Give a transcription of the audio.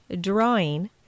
drawing